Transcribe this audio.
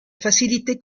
facilité